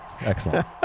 Excellent